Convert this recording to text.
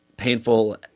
painful